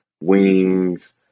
wings